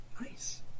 Nice